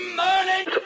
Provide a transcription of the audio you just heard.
morning